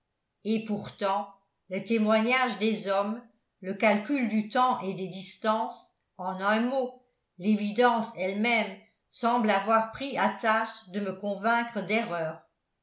et pourtant le témoignage des hommes le calcul du temps et des distances en un mot l'évidence elle-même semble avoir pris à tâche de me convaincre d'erreur